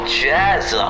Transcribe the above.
jazz